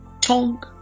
tongue